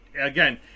again